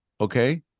Okay